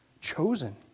Chosen